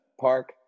park